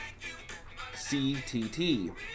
CTT